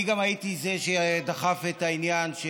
אני גם הייתי זה שדחף את העניין של